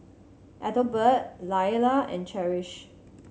Ethelbert Lailah and Cherish